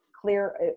clear